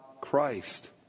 Christ